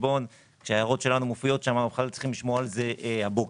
חשבון כאשר ההערות שלנו מופיעות שם ואנחנו שומעים על זה רק הבוקר.